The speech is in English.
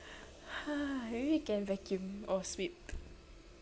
!huh! maybe you can vacuum or sweep